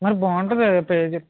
మరి బాగుంటుంది పేజీ